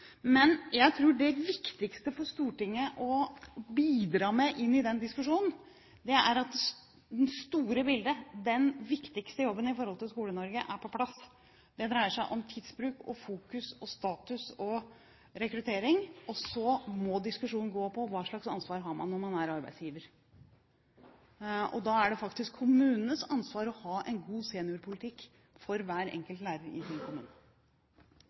men jeg tror det viktigste Stortinget kan bidra med i den diskusjonen, er å få på plass det store bildet, den viktigste jobben for Skole-Norge. Det dreier seg om tidsbruk, fokus, status og rekruttering, og så må diskusjonen gå på hva slags ansvar man har når man er arbeidsgiver. Da er det faktisk kommunenes ansvar å ha en god seniorpolitikk for hver enkelt lærer i sin kommune.